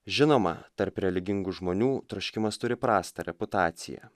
žinoma tarp religingų žmonių troškimas turi prastą reputaciją